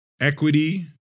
equity